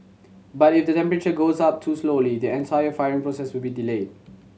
but if the temperature goes up too slowly the entire firing process will be delayed